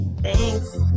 Thanks